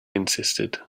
insisted